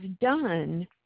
done